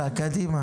נתקדם.